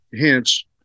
hence